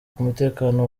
k’umutekano